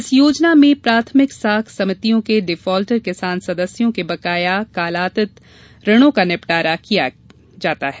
इस योजना में प्राथमिक साख समितियों के डिफाल्टर किसान सदस्यों के बकाया कालातीत ऋणों का निपटारा किया जाता है